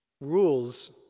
Rules